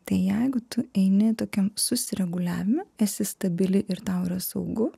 tai jeigu tu eini tokiam susireguliavime esi stabili ir tau yra saugu